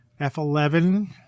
f11